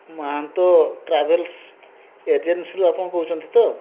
ମାହାନ୍ତ travels ଏଜେନ୍ସିରୁ ଆପଣ କହୁଛନ୍ତି ତ